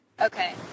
Okay